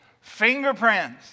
fingerprints